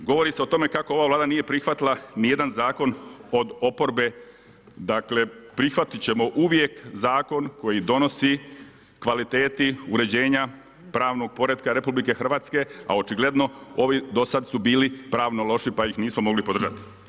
Dakle govori se o tome kako ova Vlada nije prihvatila ni jedan zakon od oporbe, dakle prihvatiti ćemo uvijek zakon koji donosi kvaliteti uređenja pravnog poretka RH a očigledno ovi do sada su bili pravno loši pa ih nismo mogli podržati.